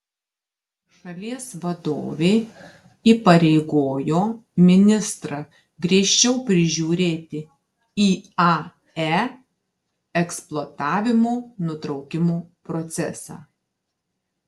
šalies vadovė įpareigojo ministrą griežčiau prižiūrėti iae eksploatavimo nutraukimo procesą